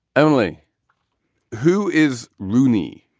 only who is rooney?